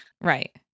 Right